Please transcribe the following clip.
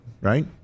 right